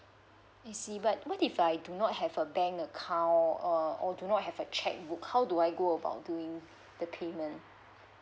I see but what if I do not have a bank account or or do not have a cheque book how do I go about doing the payment